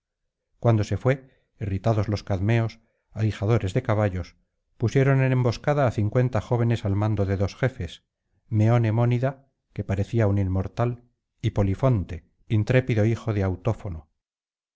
cuando se fué irritados los cadmeos aguijadores de caballos pusieron en emboscada á cincuenta jóvenes al mando de dos jefes meón hemónida que parecía un inmortal y polifonte intrépido hijo de autófono